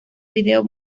video